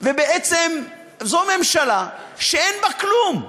בעצם זו ממשלה שאין בה כלום.